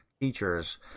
teachers